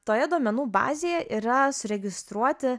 toje duomenų bazėje yra suregistruoti